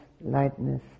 lightness